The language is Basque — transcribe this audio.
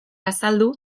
azaldu